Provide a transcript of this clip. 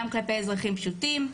גם כלפי אזרחים פשוטים,